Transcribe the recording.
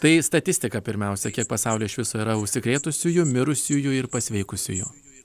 tai statistika pirmiausia kiek pasauly iš viso yra užsikrėtusiųjų mirusiųjų ir pasveikusiųjų